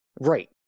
Right